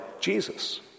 Jesus